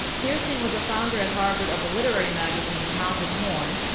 kirstein was a founder at harvard of a literary magazine, hound and horn,